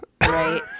Right